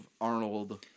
Arnold